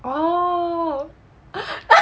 oh